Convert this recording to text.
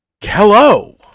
hello